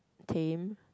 tame